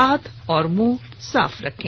हाथ और मुंह साफ रखें